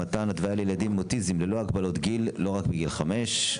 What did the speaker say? מתן התוויה לילדים עם אוטיזם ללא הגבלות גיל; לא רק מגיל חמש.